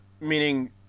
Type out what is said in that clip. meaning